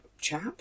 chap